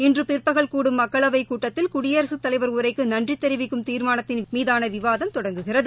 இன்று பிற்பகல் கூடும் மக்களவை கூட்டத்தில் குடியரசு தலைவர் உரைக்கு நன்றி தெரிவிக்கும் தீர்மானத்தின் மீதான விவாதம் தொடங்குகிறது